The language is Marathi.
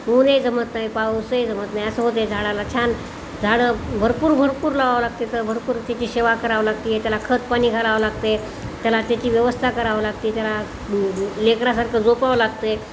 ऊनही जमत नाही पाऊसही जमत नाही असं होते झाडाला छान झाडं भरपूर भरपूर लावावं लागते तर भरपूर त्याची सेवा करावं लागते त्याला खतपाणी घालावं लागते त्याला त्याची व्यवस्था करावं लागते त्याला लेकरासारखं जपावं लागते